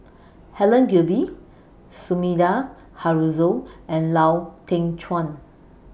Helen Gilbey Sumida Haruzo and Lau Teng Chuan